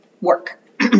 work